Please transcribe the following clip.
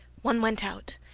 one went out.